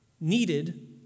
needed